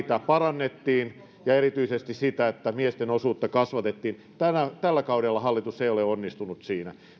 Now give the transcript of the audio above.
parannettiin ja erityisesti niin että miesten osuutta kasvatettiin tällä kaudella hallitus ei ole onnistunut siinä